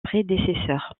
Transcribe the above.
prédécesseurs